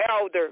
Elder